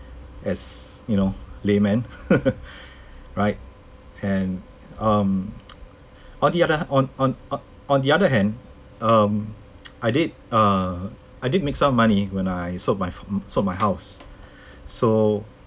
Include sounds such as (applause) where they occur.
as you know layman (laughs) right and um on the oth~ on on o~ on the other hand um (noise) I did err I did make some money when I sold my sold my house so